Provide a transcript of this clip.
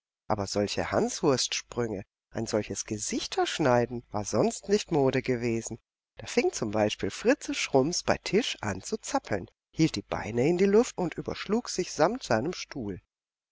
aber solche hanswurstsprünge ein solches gesichterschneiden war sonst nicht mode gewesen da fing zum beispiel fritze schrumps bei tisch an zu zappeln hielt die beine in die luft und überschlug sich samt seinem stuhl